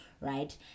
right